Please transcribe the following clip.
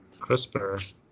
CRISPR